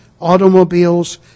automobiles